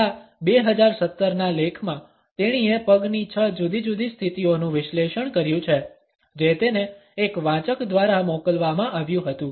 આ 2017 ના લેખમાં તેણીએ પગની છ જુદી જુદી સ્થિતિઓનું વિશ્લેષણ કર્યું છે જે તેને એક વાચક દ્વારા મોકલવામાં આવ્યું હતું